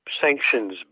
sanctions